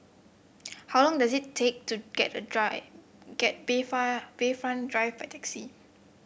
how long does it take to get to Drive get Bayfront Drive by taxi